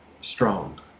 strong